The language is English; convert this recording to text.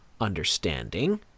understanding